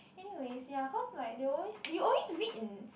anyways yeah cause like they always you always read in